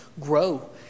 grow